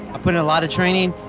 i put in a lot of training.